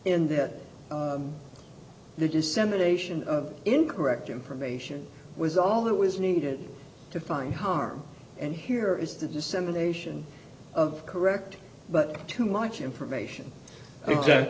in that the dissemination of incorrect information was all that was needed to find harm and here is the dissemination of correct but too much information